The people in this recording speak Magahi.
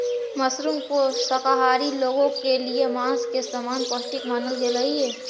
मशरूम को शाकाहारी लोगों के लिए मांस के समान पौष्टिक मानल गेलई हे